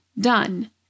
Done